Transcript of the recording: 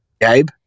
Gabe